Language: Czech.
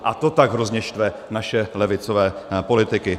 A to tak hrozně štve naše levicové politiky.